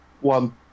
one